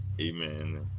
Amen